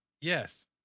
Yes